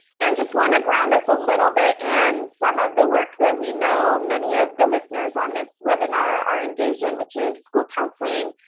and just want to ground us a little bit in some of the work that we know many of the listeners on this webinar are engaged in, which is school counseling.